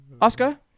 Oscar